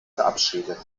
verabschiedet